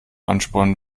anspornen